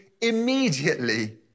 immediately